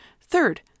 Third